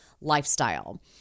lifestyle